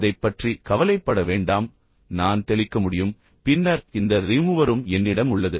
அதைப் பற்றி கவலைப்பட வேண்டாம் நான் தெளிக்க முடியும் பின்னர் இந்த ரிமூவரும் என்னிடம் உள்ளது